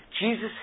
Jesus